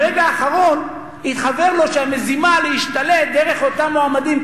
ברגע האחרון התחוור לו שהמזימה להשתלט דרך אותם מועמדים,